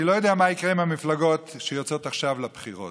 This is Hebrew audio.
אני לא יודע מה יקרה עם המפלגות שיוצאות עכשיו לבחירות